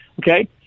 okay